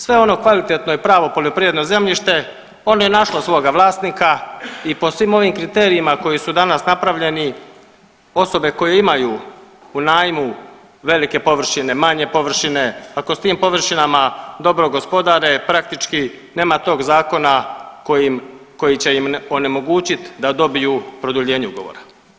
Sve ono kvalitetno je pravo poljoprivredno zemljište, ono je našlo svoga vlasnika i po svim ovim kriterijima koji su danas napravljeni, osobe koje imaju u najmu velike površine, manje površine, ako s tim površinama dobro gospodare praktički nema tog zakona kojim, koji će im onemogućit da dobiju produljenje ugovora.